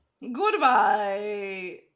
Goodbye